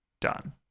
Done